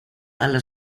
alla